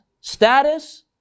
status